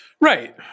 Right